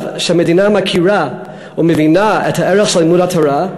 שהמדינה מכירה או מבינה את הערך של לימוד התורה,